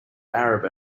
arab